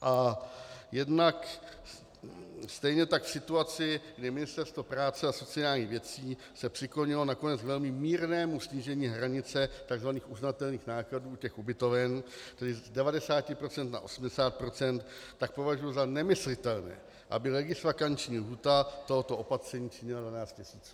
A jednak stejně tak v situaci, kdy Ministerstvo práce a sociálních věcí se přiklonilo nakonec k velmi mírnému snížení hranice tzv. uznatelných nákladů těch ubytoven, tedy z 90 % na 80 %, považuji za nemyslitelné, aby legisvakanční lhůta tohoto opatření činila dvanáct měsíců.